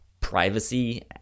privacy